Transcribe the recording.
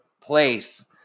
place